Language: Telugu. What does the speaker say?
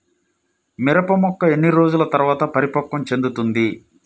మిరప మొక్క ఎన్ని రోజుల తర్వాత పరిపక్వం చెందుతుంది?